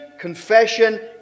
Confession